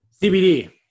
CBD